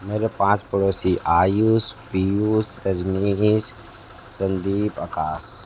मेरे पाँच पड़ोसी आयूश पीयूष रजनीश संदीप अकाश